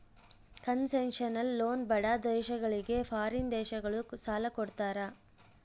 concessional loan ಬಡ ದೇಶಗಳಿಗೆ foreign ದೇಶಗಳು ಸಾಲ ಕೊಡ್ತಾರ